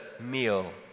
meal